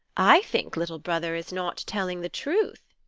i think little brother is not telling the truth.